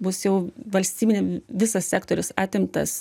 bus jau valstybiniam visas sektorius atimtas